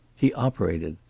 he operated.